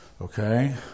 Okay